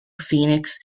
phoenix